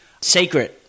sacred